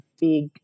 big